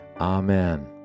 Amen